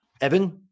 evan